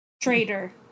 Traitor